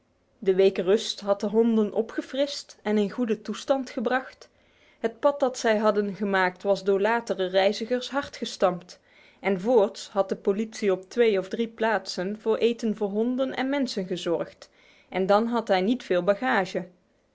de week rust had de honden opgefrist en in goede toestand gebracht het pad dat zij hadden gemaakt was door latere reizigers hard gestampt en voorts had de politie op twee of drie plaatsen voor eten voor honden en mensen gezorgd en dan had hij niet veel bagage